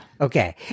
Okay